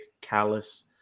callous